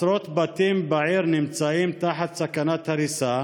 עשרות בתים בעיר נמצאים תחת סכנת הריסה,